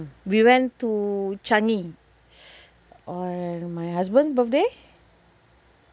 we went to changi on my husband's birthday